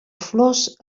flors